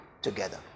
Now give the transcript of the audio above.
together